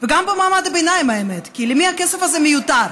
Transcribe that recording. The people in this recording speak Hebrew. וגם במעמד הביניים, האמת, כי למי הכסף הזה מיותר?